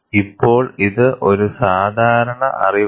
ഇപ്പോൾ ഇത് ഒരു സാധാരണ അറിവാണ്